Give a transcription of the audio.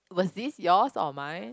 was this yours or mine